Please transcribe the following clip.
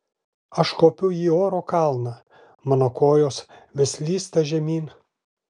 aš kopiu į oro kalną mano kojos vis slysta žemyn